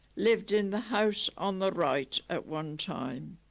lived in the house on the right at one time